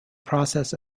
process